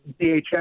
DHS